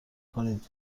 کنید